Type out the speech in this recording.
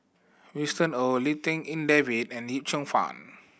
Winston Oh Lim Tik En David and Yip Cheong Fun